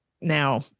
now